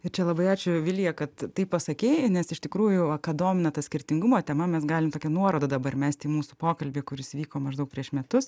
ir čia labai ačiū vilija kad taip pasakei nes iš tikrųjų va ką domina ta skirtingumo tema mes galim tokią nuorodą dabar mesti į mūsų pokalbį kuris vyko maždaug prieš metus